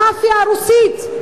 המאפיה הרוסית.